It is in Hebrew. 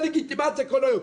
דה-לגיטימציה כל היום.